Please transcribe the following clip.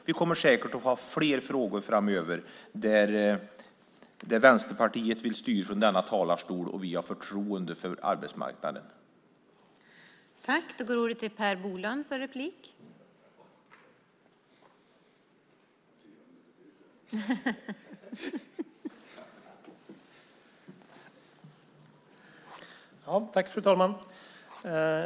Vi kommer säkert att få fler frågor framöver där Vänsterpartiet vill styra från denna talarstol och vi har förtroende för arbetsmarknadens parter.